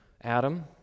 Adam